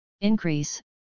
increase